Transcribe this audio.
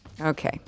Okay